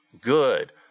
good